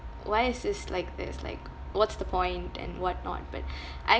why is this like this like what's the point and whatnot but I